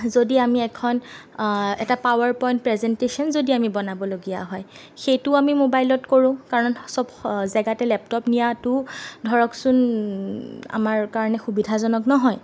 যদি আমি এখন এটা পাৱাৰ পইণ্ট প্ৰেজেণ্টেচন যদি আমি বনাবলগীয়া হয় সেইটোও আমি মোবাইল কৰোঁ কাৰণ চব জেগাতে লেপটপ নিয়াতো ধৰকচোন আমাৰ কাৰণে সুবিধাজনক নহয়